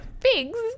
Figs